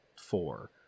four